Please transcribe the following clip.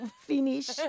finish